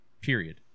period